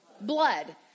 Blood